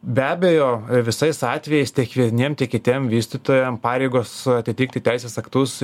be abejo visais atvejais tiek vieniem tiek kitiem vystytojam pareigos atitiktų teisės aktus